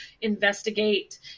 investigate